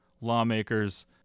lawmakers